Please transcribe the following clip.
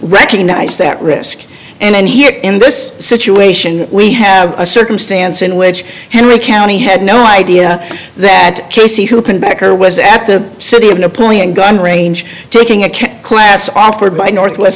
recognize that risk and here in this situation we have a circumstance in which henry county had no idea that casey hooping becker was at the city of napoleon gun range taking a class offered by north west